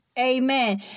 Amen